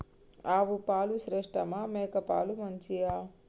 ఆవు పాలు శ్రేష్టమా మేక పాలు మంచియా?